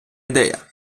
ідея